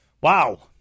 wow